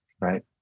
right